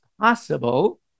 possible